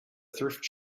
thrift